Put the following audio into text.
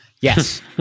Yes